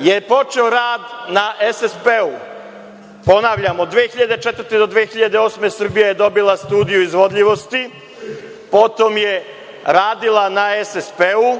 je počeo rad na SSP-u. Ponavljam, od 2004. do 2008. godine Srbija je dobila studiju izvodljivosti, a potom je radila na SSP-u,